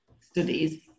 studies